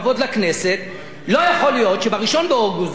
לא יכול להיות שב-1 באוגוסט זה יאושר בוועדת הכספים,